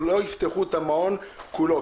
לא יפתחו את המעון כולו,